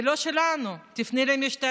זה לא שלנו, תפנה למשטרה.